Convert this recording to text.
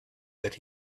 that